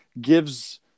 gives